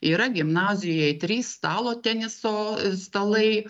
yra gimnazijoj trys stalo teniso stalai